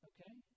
Okay